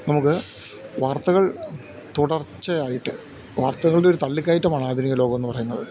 നമുക്ക് വാർത്തകൾ തുടർച്ചയായിട്ട് വാർത്തകളുടെ ഒരു തള്ളിക്കയറ്റമാണ് ആധുനിക ലോകം എന്ന് പറയുന്നത്